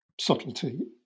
subtlety